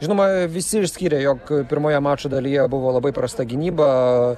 žinoma visi išskyrė jog pirmoje mačo dalyje buvo labai prasta gynyba